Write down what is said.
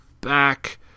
back